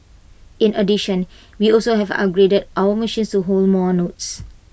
in addition we also have upgraded our machines hold more notes